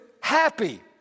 happy